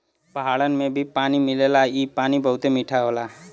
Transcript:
पहाड़न में भी पानी मिलेला इ पानी बहुते मीठा होला